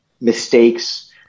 mistakes